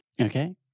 Okay